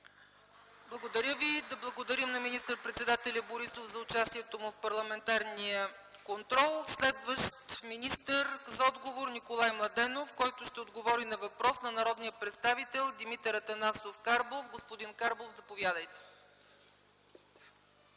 Благодаря Ви. Да благодарим на министър-председателя Борисов за участието му в парламентарния контрол. Следващ министър за отговори е Николай Младенов, който ще отговори на въпрос от народния представител Димитър Анастасов Карбов. Господин Карбов, заповядайте.